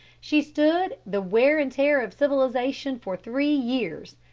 she stood the wear and tear of civilization for three years,